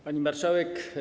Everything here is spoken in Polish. Pani Marszałek!